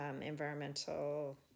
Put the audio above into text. environmental